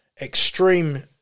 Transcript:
extreme